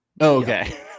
okay